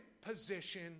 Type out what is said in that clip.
position